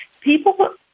People